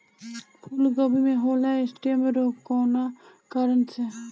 फूलगोभी में होला स्टेम रोग कौना कारण से?